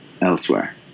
elsewhere